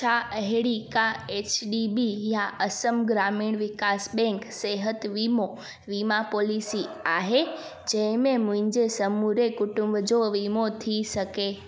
छा एहिड़ी का एच डी बी या असम ग्रामीण विकास बैंक सिहतु वीमो वीमा पॉलिसी आहे जंहिंमें मुंहिंजे समूरे कुटुंब जो वीमो थी सघे